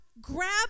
grab